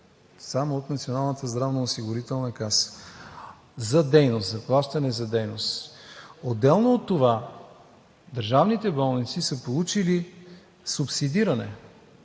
само от Националната здравноосигурителна каса – заплащане за дейност. Отделно от това, държавните болници са получили субсидиране